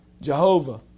Jehovah